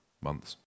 months